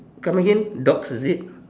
come again dogs is it